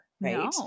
right